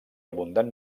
abundant